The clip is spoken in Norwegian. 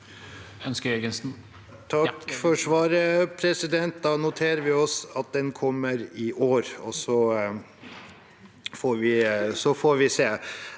Takk for svaret. Da noterer vi oss at den kommer i år, og så får vi se.